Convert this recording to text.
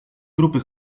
grupy